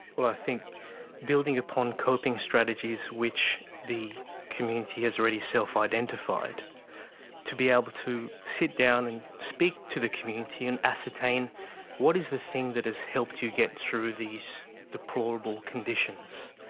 well, i think building upon coping strategies which the community has already self-identified, to be able to sit down and speak to the community and ascertain what is the thing that has helped you get through these deplorable conditions,